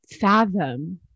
fathom